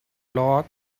log